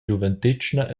giuventetgna